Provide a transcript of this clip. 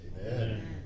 Amen